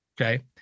okay